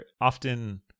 often